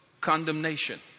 condemnation